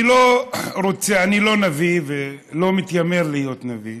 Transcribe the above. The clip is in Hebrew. אני לא נביא ולא מתיימר להיות נביא.